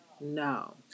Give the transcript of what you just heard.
No